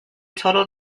total